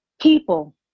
People